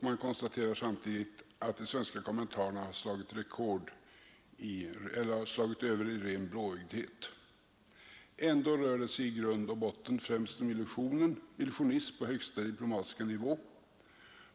Man konstaterar samtidigt att de svenska kommentarerna har slagit över i ren blåögdhet. Man skriver vidare i denna tidning, Arbetet: ”Ändå rör det sig i grund och botten främst om illusionism på högsta diplomatiska nivå.